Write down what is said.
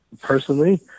personally